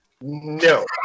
No